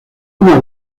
una